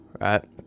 right